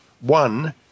One